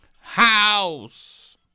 House